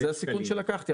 זה הסיכון שלקחתי.